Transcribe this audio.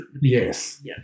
Yes